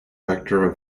vector